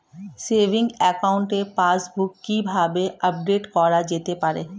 Savings একাউন্টের passbook কি কিভাবে আপডেট করা যেতে পারে?